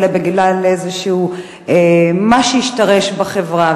אלא בגלל מה שהשתרש בחברה.